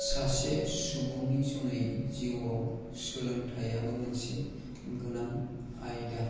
सासे सुबुंनि जुनै जिउआव सोलोंथाइयाबो मोनसे गोनां आयदा